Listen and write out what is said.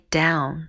down